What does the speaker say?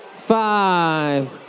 five